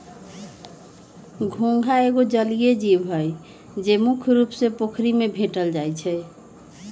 घोंघा एगो जलिये जीव हइ, जे मुख्य रुप से पोखरि में भेंट जाइ छै